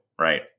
right